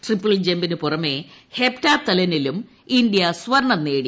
triple ജമ്പിനു പുറമെ ഹെപ്റ്റാത്തണിലും ഇന്ത്യ സ്വർണ്ണം നേടി